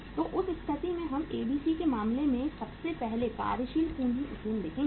तो उस स्थिति में हम एबीसी के मामले में सबसे पहले कार्यशील पूंजी उत्तोलन देखेंगे